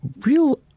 real